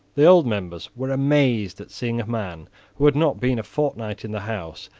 the old members were amazed at seeing a man who had not been a fortnight in the house,